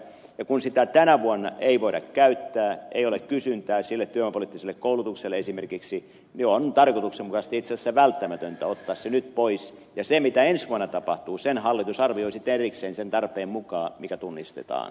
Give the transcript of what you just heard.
ja kun sitä tänä vuonna ei voida käyttää ei ole kysyntää sille työvoimapoliittiselle koulutukselle esimerkiksi niin on tarkoituksenmukaista itse asiassa välttämätöntä ottaa se nyt pois ja mitä ensi vuonna tapahtuu sen hallitus arvioi sitten erikseen sen tarpeen mukaan mikä tunnistetaan